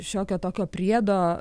šiokio tokio priedo